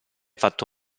fatto